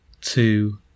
two